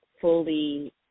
fully